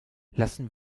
lassen